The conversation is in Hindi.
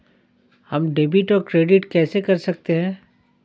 हम डेबिटऔर क्रेडिट कैसे कर सकते हैं?